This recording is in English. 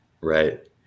Right